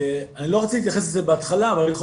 לא רציתי להתייחס לזה בהתחלה אבל יכול